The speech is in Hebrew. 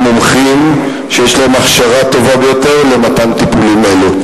מומחים שיש להם הכשרה טובה ביותר למתן טיפולים אלו.